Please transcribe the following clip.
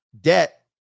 debt